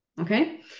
okay